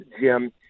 Jim